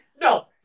No